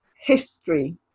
history